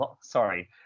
sorry